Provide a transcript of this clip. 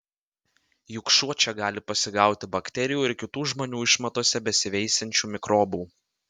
juk šuo čia gali pasigauti bakterijų ir kitų žmonių išmatose besiveisiančių mikrobų